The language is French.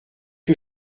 que